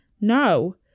No